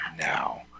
now